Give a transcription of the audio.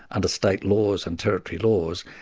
and state laws and territory laws.